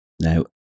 Now